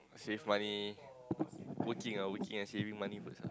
save money working ah working and saving money first ah